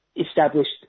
established